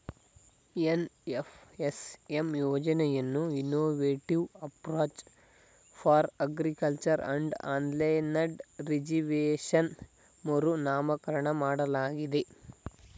NFSM ಯೋಜನೆಯನ್ನು innovative approach for agriculture and aligned rejuvenation ಮರುನಾಮಕರಣ ಮಾಡಲಾಗಿದೆ